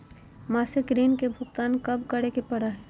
मासिक ऋण के भुगतान कब करै परही हे?